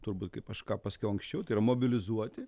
turbūt kaip aš ką paskiau anksčiau ir mobilizuoti